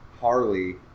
Harley